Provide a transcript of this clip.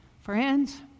Friends